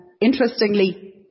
Interestingly